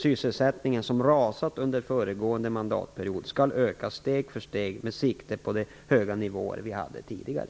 Sysselsättningen, som rasat under föregående mandatperiod, skall öka steg för steg med sikte på de höga nivåer vi hade tidigare.